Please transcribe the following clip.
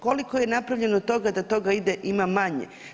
Koliko je napravljeno toga da toga ima manje?